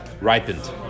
ripened